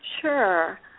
Sure